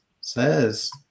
says